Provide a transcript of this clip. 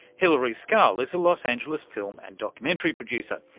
hilari scarl is a los angeles film and documentary producer.